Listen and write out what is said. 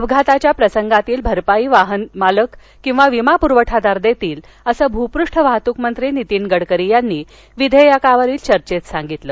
अपघाताच्या प्रसंगातील भरपाई वाहन मालक किंवा विमा प्रवठादार देतील असं भूपुष्ठ वाहतूक मंत्री नीतीन गडकरी यांनी विधेयकावरील चर्चेत सांगितलं